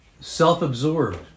Self-absorbed